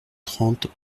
trente